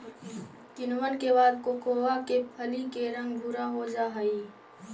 किण्वन के बाद कोकोआ के फली के रंग भुरा हो जा हई